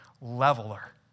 leveler